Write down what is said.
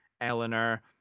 eleanor